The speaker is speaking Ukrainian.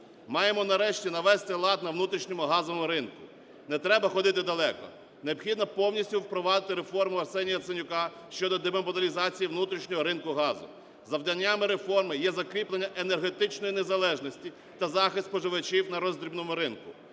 Маємо нарешті навести лад на внутрішньому газовому ринку. Не треба ходити далеко. Необхідно повністю впровадити реформу Арсенія Яценюка щодо демонополізації внутрішнього ринку газу. Завданнями реформи є закріплення енергетичної незалежності та захист споживачів на роздрібному ринку.